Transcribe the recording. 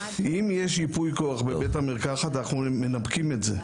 אם יש ייפוי כוח בבית המרקחת אנחנו מנפקים את זה.